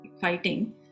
fighting